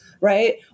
right